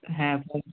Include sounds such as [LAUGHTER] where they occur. হ্যাঁ [UNINTELLIGIBLE]